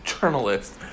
journalist